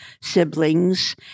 siblings